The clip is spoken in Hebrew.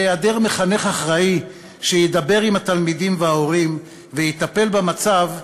בהיעדר מחנך אחראי שידבר עם התלמידים וההורים ויטפל במצב,